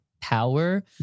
power